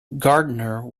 gardner